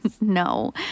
No